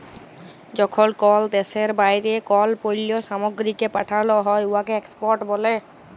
যখল কল দ্যাশের বাইরে কল পল্ল্য সামগ্রীকে পাঠাল হ্যয় উয়াকে এক্সপর্ট ব্যলে